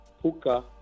Puka